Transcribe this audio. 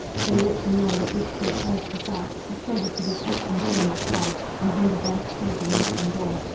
so rich and rare that each thought hers the first, a treasure to be kept and shown with pride, and handed down to children yet unborn.